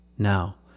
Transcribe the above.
Now